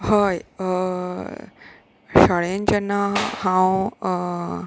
हय शाळेंत जेन्ना हांव